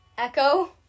Echo